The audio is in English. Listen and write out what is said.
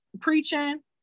preaching